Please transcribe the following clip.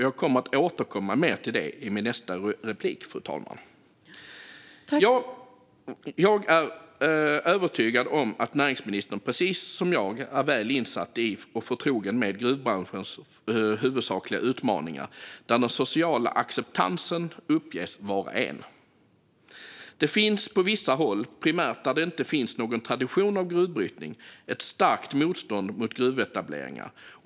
Jag kommer att återkomma till det i mitt nästa inlägg, fru talman. Jag är övertygad om att näringsministern precis som jag är väl insatt i och förtrogen med gruvbranschens huvudsakliga utmaningar, där den sociala acceptansen uppges vara en. Det finns på vissa håll - primärt där det inte finns någon tradition av gruvbrytning - ett starkt motstånd mot gruvetableringar.